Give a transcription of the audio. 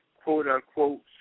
quote-unquote